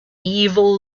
evil